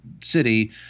city